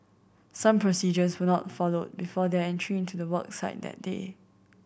some procedures were not followed before their entry into the work site that day